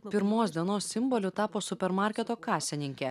pirmos dienos simboliu tapo supermarketo kasininkė